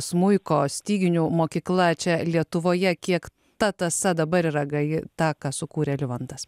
smuiko styginių mokykla čia lietuvoje kiek ta tąsa dabar yra gaji tą ką sukūrė livontas